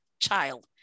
child